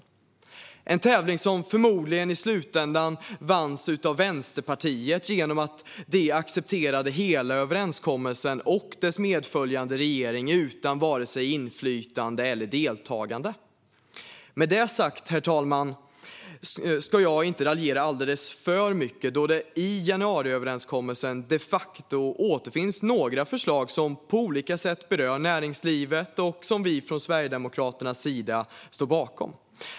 Det var en tävling som i slutändan förmodligen vanns av Vänsterpartiet genom att de accepterade hela överenskommelsen och dess medföljande regering utan vare sig inflytande eller deltagande. Med detta sagt, herr talman, ska jag inte raljera alldeles för mycket, då det i januariöverenskommelsen de facto återfinns några förslag som på olika sätt berör näringslivet och som vi från Sverigedemokraternas sida står bakom.